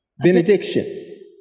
benediction